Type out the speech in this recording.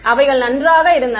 அவைகள் நன்றாக இருந்தன